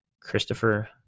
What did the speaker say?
Christopher